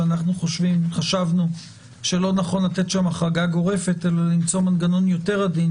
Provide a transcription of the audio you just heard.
שאנחנו חשבנו שלא נכון לתת שם החרגה גורפת אלא למצוא מנגנון יותר עדין,